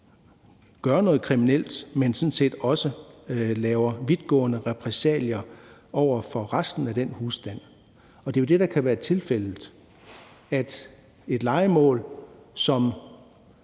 gøre noget kriminelt, men som sådan set også fører til vidtgående repressalier for resten af husstanden. Det er jo det, der kan blive tilfældet, altså i